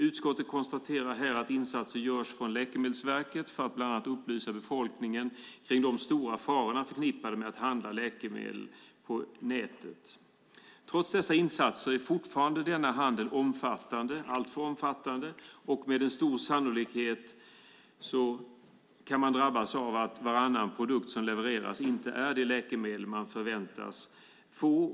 Utskottet konstaterar här att insatser görs från Läkemedelsverket för att bland annat upplysa befolkningen om de stora farorna förknippade med att handla läkemedel på nätet. Trots dessa insatser är denna handel fortfarande omfattande - alltför omfattande. Sannolikheten är stor att man drabbas av att ungefär varannan produkt som levereras inte är det läkemedel man förväntas få.